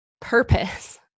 purpose